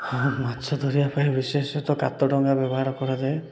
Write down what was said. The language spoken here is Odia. ହଁ ମାଛ ଧରିବା ପାଇଁ ବିଶେଷତଃ କାତ ଡଙ୍ଗା ବ୍ୟବହାର କରାଯାଏ